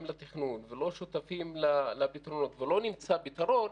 לתכנון ולא שותפים לפתרונות ולא נמצא פתרון,